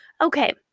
okay